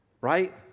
right